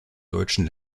deutschen